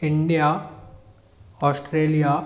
India Australia